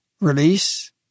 release